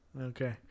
Okay